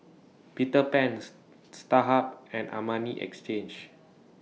Peter Pans Starhub and Armani Exchange